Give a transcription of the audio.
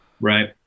Right